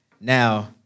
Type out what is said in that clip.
now